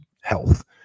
health